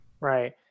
Right